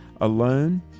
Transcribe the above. alone